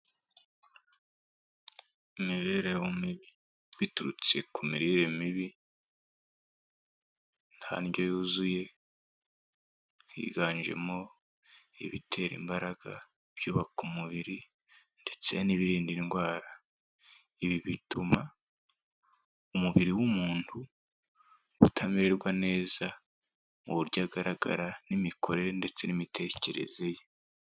Imibereho mibi biturutse ku mirire mibi, nta ndyo yuzuye, higanjemo ibitera imbaraga, ibyubaka umubiri ndetse n'ibirinda indwara, ibi bituma umubiri w'umuntu utamererwa neza mu buryo agaragara n'imikorere ndetse n'imitekerereze ye.